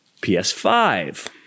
ps5